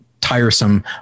tiresome